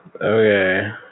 Okay